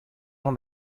jean